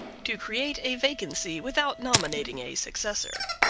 to create a vacancy without nominating a successor.